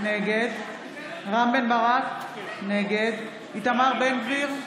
נגד רם בן ברק, נגד איתמר בן גביר,